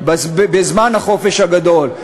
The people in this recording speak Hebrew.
בזמן החופש הגדול,